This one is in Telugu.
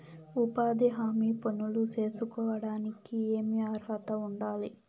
ఉపాధి హామీ పనులు సేసుకోవడానికి ఏమి అర్హత ఉండాలి?